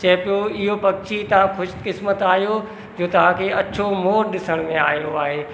चए पियो इहो पक्षी तव्हां ख़ुशि क़िस्मत आहियो जो तव्हां खे अछो मोरु ॾिसण में आयो आहे